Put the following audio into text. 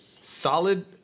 Solid